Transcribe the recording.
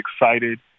excited